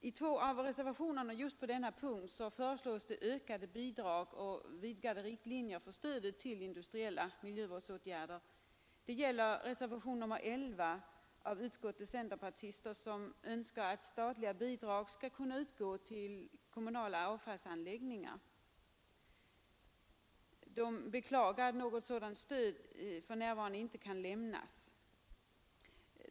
I två av reservationerna just på denna punkt föreslås det ökade bidrag och vidgade riktlinjer för stödet till industriella miljövårdsåtgärder. Det gäller reservationen 11 av utskottets centerpartister och en folkpartist som önskar att statliga bidrag skall utgå till kommunala avfallsanläggningar. De beklagar att något sådant stöd för närvarande inte kan lämnas.